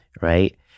right